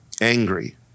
angry